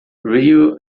ryu